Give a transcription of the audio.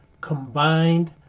combined